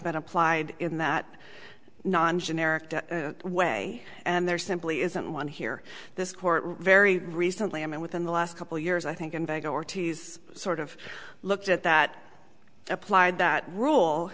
been applied in that non generic way and there simply isn't one here this court very recently i mean within the last couple years i think invade or tease sort of looked at that applied that rule